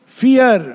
fear